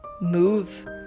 move